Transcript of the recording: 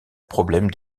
problèmes